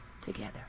together